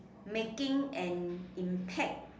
making an impact